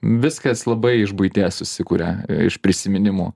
viskas labai iš buities susikuria iš prisiminimų